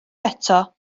eto